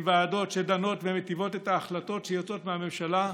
עם ועדות שדנות ומיטיבות את ההחלטות שיוצאות מהממשלה,